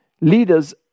leaders